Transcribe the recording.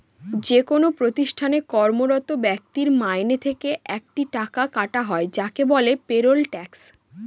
যেকোনো প্রতিষ্ঠানে কর্মরত ব্যক্তির মাইনে থেকে একটা টাকা কাটা হয় যাকে বলে পেরোল ট্যাক্স